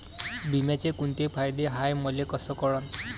बिम्याचे कुंते फायदे हाय मले कस कळन?